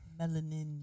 melanin